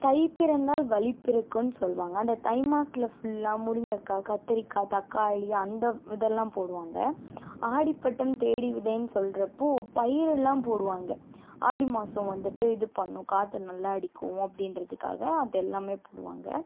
தை பிறந்தால் வழி பிறக்குன்னு சொல்வாங்க அந்த தை மாதத்துல ஃபுல்லாக முருங்கக்காய் கத்திரிக்காய் தக்காளி அந்த இதெல்லாம் போடுவாங்க ஆடி பட்டம் தேடி விதைன்னு சொல்லுறப்போ பயிரெல்லாம் போடுவாங்க ஆடி மாதம் வந்துவிட்டு இது பண்ணும் காற்று நல்லா அடிக்கும் அப்படின்றதுக்காக அதெல்லாமே போடுவாங்க